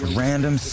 random